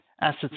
Assets